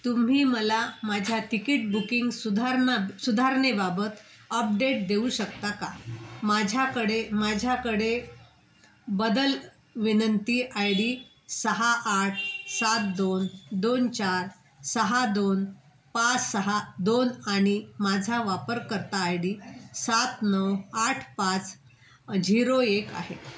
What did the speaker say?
तुम्ही मला माझ्या तिकीट बुकिंग सुधारणा सुधारणेबाबत अपडेट देऊ शकता का माझ्याकडे माझ्याकडे बदल विनंती आय डी सहा आठ सात दोन दोन चार सहा दोन पाच सहा दोन आणि माझा वापरकर्ता आय डी सात नऊ आठ पाच झिरो एक आहे